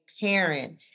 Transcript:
parent